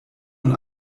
und